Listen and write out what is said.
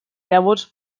llavors